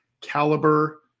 caliber